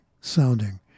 sounding